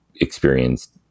experienced